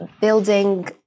building